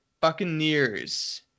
Buccaneers